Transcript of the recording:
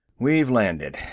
we've landed,